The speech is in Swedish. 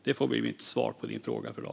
Det får bli mitt svar på frågan i dag.